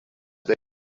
they